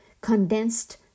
condensed